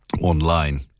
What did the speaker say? online